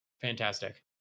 fantastic